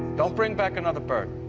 don't bring back another bird!